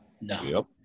No